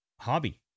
hobby